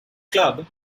club